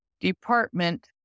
department